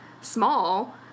small